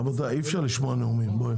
רבותיי, אי אפשר לשמוע נאומים.